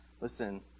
Listen